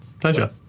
Pleasure